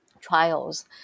trials